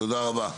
תודה רבה.